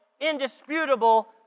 indisputable